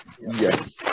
Yes